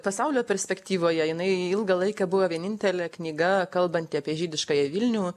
pasaulio perspektyvoje jinai ilgą laiką buvo vienintelė knyga kalbanti apie žydiškąjį vilnių